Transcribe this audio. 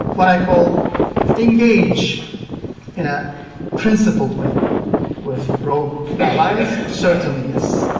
what i call engage in a principled way with rogue allies? certainly, yes.